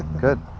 good